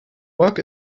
work